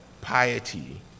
piety